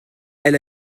elle